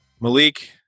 Malik